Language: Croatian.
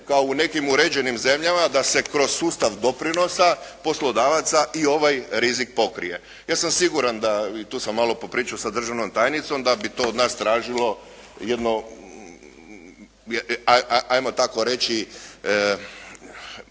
kao u nekim uređenim zemljama da se kroz sustav doprinosa poslodavaca i ovaj rizik pokrije. Ja sam siguran da, tu sam malo popričao sa državnom tajnicom da bi to nas tražilo jedno ajmo tako reći